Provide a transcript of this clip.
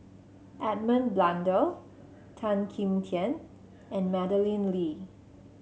Edmund Blundell Tan Kim Tian and Madeleine Lee